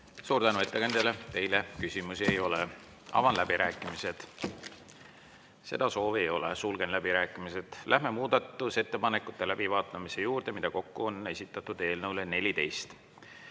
Suur tänu ettekandjale! Teile küsimusi ei ole. Avan läbirääkimised. Seda soovi ei ole, sulgen läbirääkimised. Läheme muudatusettepanekute läbivaatamise juurde. Muudatusettepanekuid on eelnõu